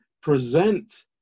present